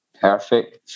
perfect